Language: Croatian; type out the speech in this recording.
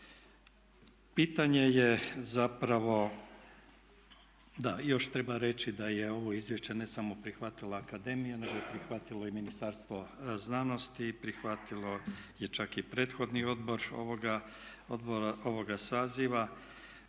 Pitanje je zapravo, da, još treba reći da je ovo izvješće ne samo prihvatila akademija nego je prihvatilo i Ministarstvo znanosti, prihvatio je čak i prethodni odbor ovoga saziva